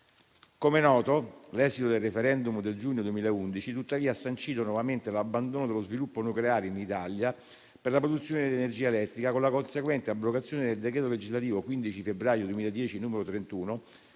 Come noto, l'esito del *referendum* del giugno 2011 ha tuttavia sancito nuovamente l'abbandono dello sviluppo nucleare in Italia per la produzione di energia elettrica, con la conseguente abrogazione del decreto legislativo 15 febbraio 2010, n. 31,